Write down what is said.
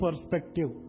perspective